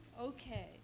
Okay